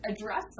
address